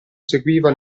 seguiva